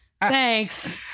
thanks